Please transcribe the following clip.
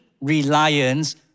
reliance